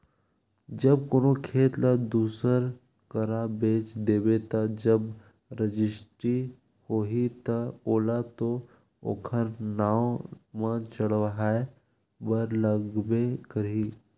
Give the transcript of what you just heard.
जब कोनो खेत ल दूसर करा बेच देबे ता जब रजिस्टी होही ता ओला तो ओखर नांव म चड़हाय बर लगबे करही